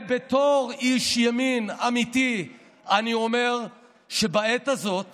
בתור איש ימין אמיתי אני אומר בעת הזאת